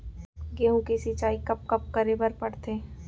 गेहूँ के सिंचाई कब कब करे बर पड़थे?